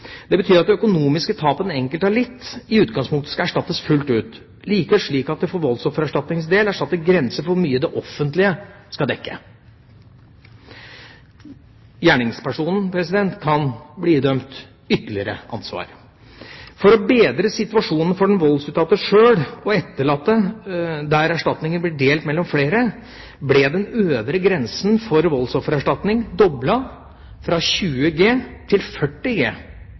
Det betyr at det økonomiske tapet den enkelte har lidd, i utgangspunktet skal erstattes fullt ut, likevel slik at det for voldsoffererstatningens del er satt en grense for hvor mye det offentlige skal dekke. Gjerningspersonen kan bli idømt ytterligere ansvar. For å bedre situasjonen for den voldsutsatte sjøl og etterlatte der erstatningen blir delt mellom flere, ble den øvre grensen for voldsoffererstatning doblet, fra 20 G til 40 G,